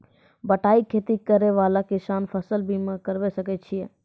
बटाई खेती करै वाला किसान फ़सल बीमा करबै सकै छौ?